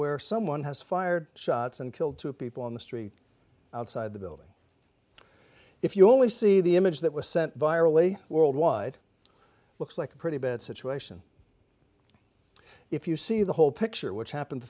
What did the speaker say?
where someone has fired shots and killed two people in the street outside the building if you only see the image that was sent virally worldwide looks like a pretty bad situation if you see the whole picture which happened t